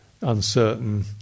uncertain